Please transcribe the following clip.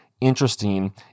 interesting